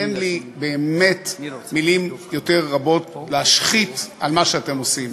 אין לי באמת עוד מילים להשחית על מה שאתם עושים.